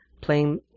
playing